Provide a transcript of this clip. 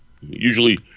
Usually